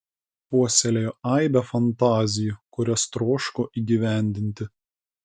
puoselėjo aibę fantazijų kurias troško įgyvendinti